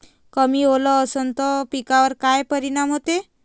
कमी ओल असनं त पिकावर काय परिनाम होते?